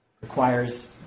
requires